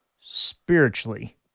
spiritually